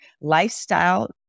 lifestyle